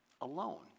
alone